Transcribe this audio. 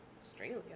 Australia